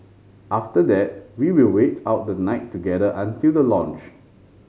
after that we will wait out the night together until the launch